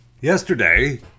Yesterday